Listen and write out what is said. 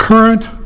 current